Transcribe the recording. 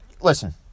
listen